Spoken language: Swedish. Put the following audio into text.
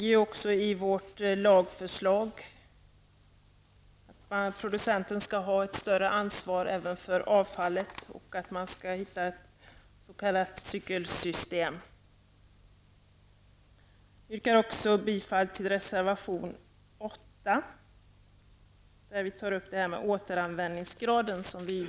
Det finns med i vårt lagförslag att producenten skall ha ett större ansvar även för avfallet och att ett s.k. cykelsystem skall utarbetas. Jag yrkar också bifall till reservation 8 där vi tar upp frågan om en återanvändningsgrad på 90 %.